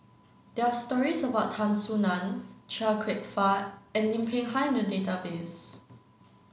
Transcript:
there are stories about Tan Soo Nan Chia Kwek Fah and Lim Peng Han in the database